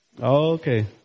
Okay